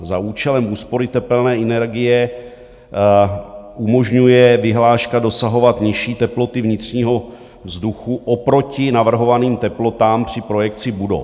Za účelem úspory tepelné energie umožňuje vyhláška dosahovat nižší teploty vnitřního vzduchu oproti navrhovaným teplotám při projekci budov.